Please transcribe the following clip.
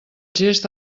gest